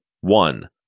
one